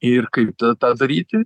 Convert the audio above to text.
ir kaip tą tą daryti